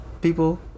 people